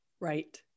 Right